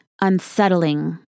unsettling